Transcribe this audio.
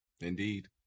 Indeed